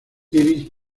iris